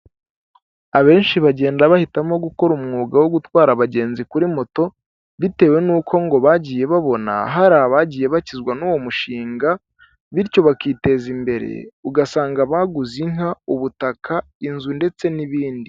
Abenshi bagenda bahitamo gukora umwuga wo gutwara abagenzi kuri moto bitewe n'uko ngo bagiye babona hari abagiye bakizwa n'uwo mushinga bityo bakiteza imbere ugasanga baguze inka ubutaka inzu ndetse n'ibindi.